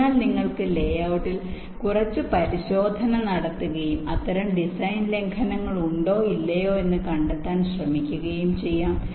അതിനാൽ നിങ്ങൾക്ക് ലേഔട്ടിൽ കുറച്ച് പരിശോധന നടത്തുകയും അത്തരം ഡിസൈൻ ലംഘനങ്ങൾ ഉണ്ടോ ഇല്ലയോ എന്ന് കണ്ടെത്താൻ ശ്രമിക്കുകയും ചെയ്യാം